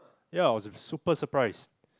ya I was super surprised